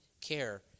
Care